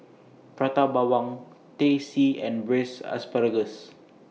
Prata Bawang Teh C and Braised Asparagus